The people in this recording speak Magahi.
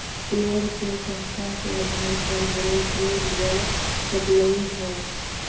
शेयर के संख्या के अधार पर ब्रोकरेज बड़ सकलई ह